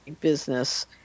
business